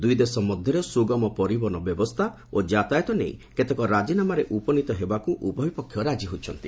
ଦୁଇଦେଶ ମଧ୍ୟରେ ସୁଗମ ପରିବହନ ବ୍ୟବସ୍ଥା ଓ ଯାତାୟାତ ନେଇ କେତେକ ରାଜିନାମାରେ ଉପନୀତ ହେବାକୁ ଉଭୟ ପକ୍ଷ ରାଜି ହୋଇଛନ୍ତି